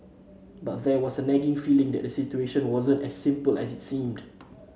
but there was a nagging feeling that the situation wasn't as simple as it seemed